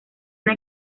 una